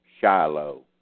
Shiloh